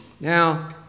Now